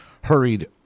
Hurried